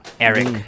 Eric